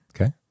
Okay